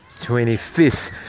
25th